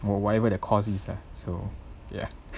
for whatever the cause is lah so ya